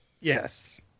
yes